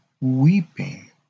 weeping